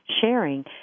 sharing